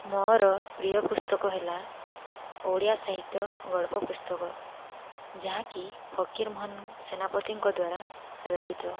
ମୋର ପ୍ରିୟ ପୁସ୍ତକ ହେଲା ଓଡ଼ିଆ ସାହିତ୍ୟ ଗଳ୍ପ ପୁସ୍ତକ ଯାହାକି ଫକୀରମୋହନ ସେନାପତିଙ୍କ ଦ୍ୱାରା ରଚିତ